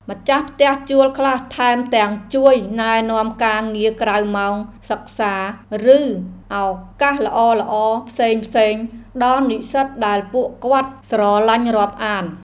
ម្ចាស់ផ្ទះជួលខ្លះថែមទាំងជួយណែនាំការងារក្រៅម៉ោងសិក្សា ឬឱកាសល្អៗផ្សេងៗដល់និស្សិតដែលពួកគាត់ស្រឡាញ់រាប់អាន។